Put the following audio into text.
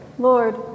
Lord